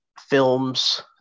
films